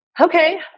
Okay